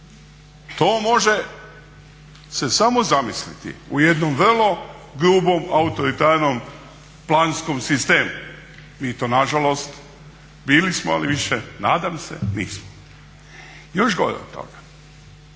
To može se samo zamisliti u jednom vrlo grubom autoritarnom planskom sistemu. Mi to nažalost bili smo ali više nadam se nismo. Još gore od toga.